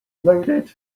loaded